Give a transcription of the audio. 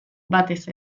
batez